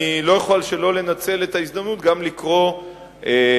אני לא יכול שלא לנצל את ההזדמנות גם לקרוא למשרד